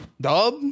Dub